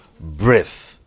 Breath